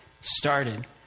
started